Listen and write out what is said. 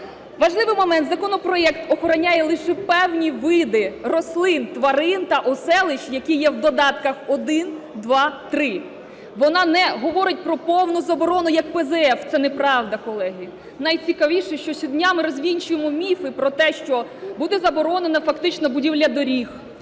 Важливий момент. Законопроект охороняє лише певні види рослин, тварин та оселищ, які є в додатках 1, 2, 3. Вона не говорить про повну заборону, як ПЗФ, це неправда, колеги. Найцікавіше, що днями розвінчуємо міфи про те, що буде заборонена фактично будівля доріг,